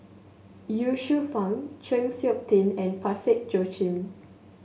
Ye Shufang Chng Seok Tin and Parsick Joaquim